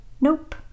nope